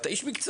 אתה איש מקצוע.